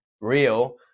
real